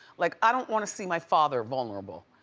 like, i don't wanna see my father vulnerable,